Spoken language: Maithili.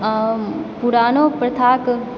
पुरानो प्रथाक